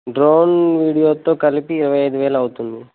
drone వీడియోతో కలిపి ఇరవై ఐదు వేల అవుతుంది